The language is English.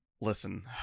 Listen